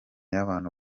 y’abantu